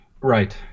right